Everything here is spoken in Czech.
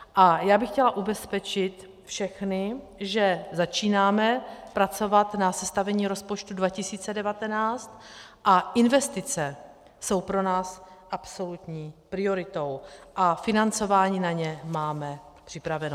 A já bych chtěla ubezpečit všechny, že začínáme pracovat na sestavení rozpočtu 2019 a investice jsou pro nás absolutní prioritou a financování na ně máme připravené.